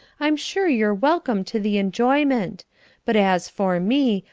i'm sure you're welcome to the enjoyment but as for me,